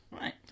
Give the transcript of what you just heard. Right